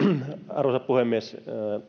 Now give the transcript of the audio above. arvoisa puhemies